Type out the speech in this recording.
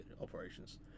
operations